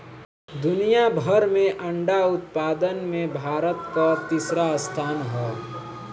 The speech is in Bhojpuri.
दुनिया भर में अंडा उत्पादन में भारत कअ तीसरा स्थान हअ